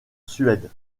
suède